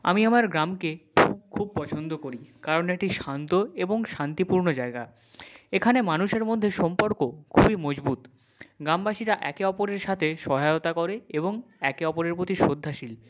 আমি আমার গ্রামকে খুব খুব পছন্দ করি কারণ এটি শান্ত এবং শান্তিপূর্ণ জায়গা এখানে মানুষের মধ্যে সম্পর্ক খুবই মজবুত গ্রামবাসীরা একে অপরের সাথে সহায়তা করে এবং একে অপরের প্রতি শ্রদ্ধাশীল